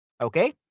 okay